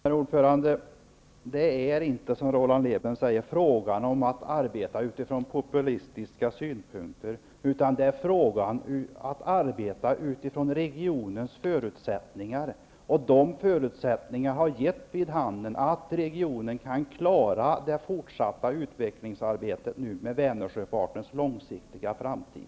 Herr talman! Det är inte så som Roland Lében säger, att det är fråga om att arbeta utifrån populistiska synpunkter. Det handlar om att arbeta utifrån regionens förutsättningar. De förutsättningarna har gett vid handen att regionen kan klara det fortsatta utvecklingsarbetet med